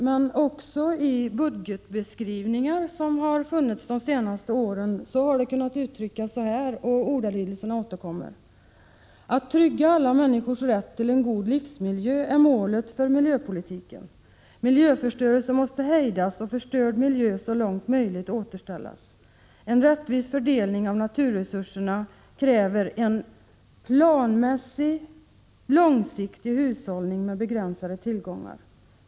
Men även i budgetbeskrivningar som har funnits de senaste åren har det kunnat uttryckas så här — och ordalydelserna återkommer: ”Att trygga alla människors rätt till en god livsmiljö är målet för miljöpolitiken. Miljöförstörelse måste hejdas och förstörd miljö så långt möjligt återställas. En rättvis fördelning av naturresurserna kräver en planmässig, långsiktig hushållning med begränsade tillgångar.